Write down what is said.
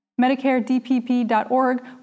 MedicareDPP.org